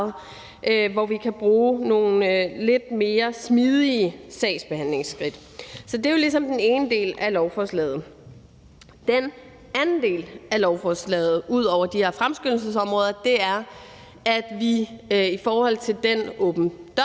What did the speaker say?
hvor vi kan bruge nogle lidt mere smidige sagsbehandlingsskridt. Så det er jo ligesom den ene del af lovforslaget. Den anden del af lovforslaget er jo, ud over de her fremskyndelsesområder, at vi i forhold til den åben